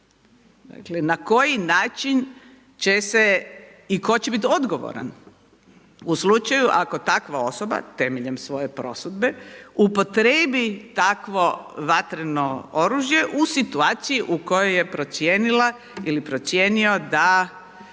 Dakle, na koji način će se i tko će biti odgovoran u slučaju ako takva osoba temeljem svoje prosudbe upotrijebi takvo vatreno oružje u situaciji u kojoj je procijenila ili procijenio da